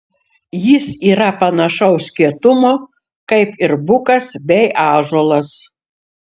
jis yra panašaus kietumo kaip ir bukas bei ąžuolas